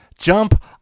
jump